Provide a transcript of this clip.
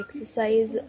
exercise